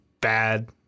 bad